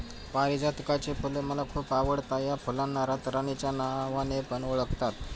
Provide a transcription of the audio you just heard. पारीजातकाची फुल मला खूप आवडता या फुलांना रातराणी च्या नावाने पण ओळखतात